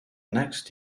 next